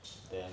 then